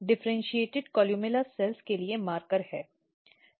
Q1630 विभेदित columella कोशिकाओं के लिए मार्कर है